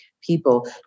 people